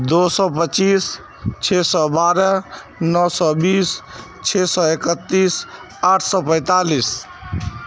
دو سو پچیس چھ سو بارہ نو سو بیس چھ سو اکتیس آٹھ سو پینتالیس